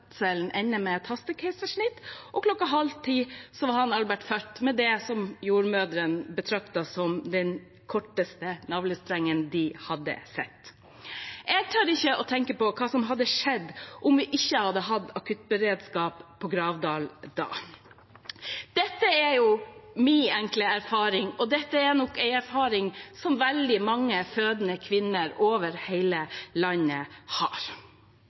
fødselen ende med et hastekeisersnitt, og kl. 09.30 var Albert født, med det som jordmødrene betraktet som den korteste navlestrengen de hadde sett. Jeg tør ikke tenke på hva som hadde skjedd om vi ikke hadde hatt akuttberedskap på Gravdal da. Dette er min enkle erfaring, og det er nok en erfaring som veldig mange fødende kvinner over hele landet har.